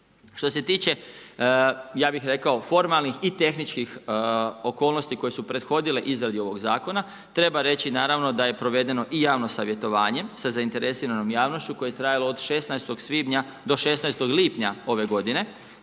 Što se tiče, ja bih rekao, formalnih i tehničkih okolnosti koje su prethodile izradi ovog zakona, treba reći naravno da je provedeno i javno savjetovanje sa zainteresiranom javnošću koje je trajalo od 16. svibnja do 16. lipnja ove godine